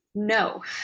no